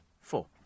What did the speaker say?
four